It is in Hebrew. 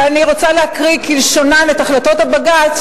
ואני רוצה להקריא כלשונן את החלטות הבג"ץ,